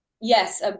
Yes